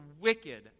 wicked